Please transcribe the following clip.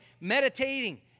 meditating